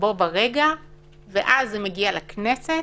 בו ברגע ואז מגיע לכנסת.